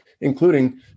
including